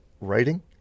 writing